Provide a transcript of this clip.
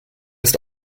ist